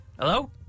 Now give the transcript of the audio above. Hello